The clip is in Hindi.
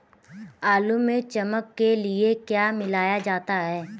आलू में चमक के लिए क्या मिलाया जाता है?